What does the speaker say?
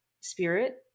spirit